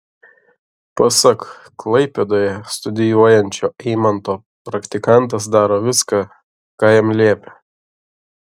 pasak klaipėdoje studijuojančio eimanto praktikantas daro viską ką jam liepia